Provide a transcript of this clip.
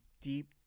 deep